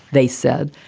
they said.